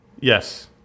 Yes